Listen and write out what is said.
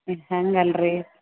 ಹ್ಞೂ ಹಂಗಲ್ಲ ರೀ